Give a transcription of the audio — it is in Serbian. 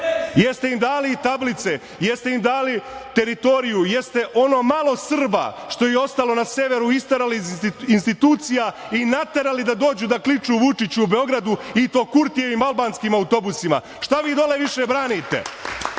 Jel ste im dali tablice, jel ste im dali teritoriju, jel ste ono malo Srba što je ostalo na severu isterali iz institucija i naterali da dođu da kliču Vučiću u Beogradu, i to Kurtijevim albanskim autobusima. Šta vi dole više branite?